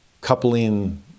coupling